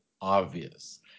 obvious